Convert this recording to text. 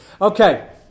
Okay